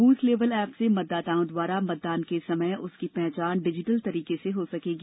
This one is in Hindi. बूथ लेवल एप से मतदाताओं द्वारा मतदान के समय उसकी पहचान डिजिटल तरीके से हो सकेगी